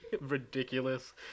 ridiculous